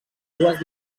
dues